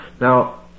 Now